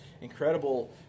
incredible